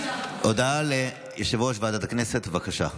הודעה ליושב-ראש ועדת הכנסת, בבקשה,